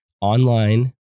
online